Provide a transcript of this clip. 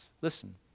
Listen